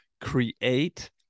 create